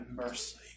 mercy